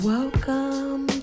Welcome